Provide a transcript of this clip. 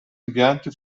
impianti